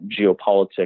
geopolitics